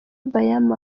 bayama